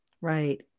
Right